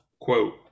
quote